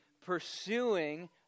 pursuing